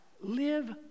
Live